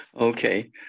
Okay